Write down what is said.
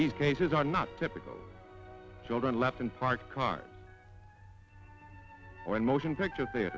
these cases are not typical children left in parked cars when motion picture th